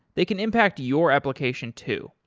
they can impact your application too.